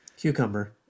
Cucumber